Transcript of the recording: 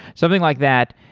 something like that,